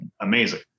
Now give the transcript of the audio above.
amazing